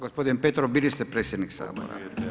Gospodin Petrov, bili ste predsjednik Sabora.